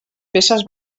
peces